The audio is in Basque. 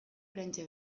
oraintxe